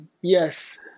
Yes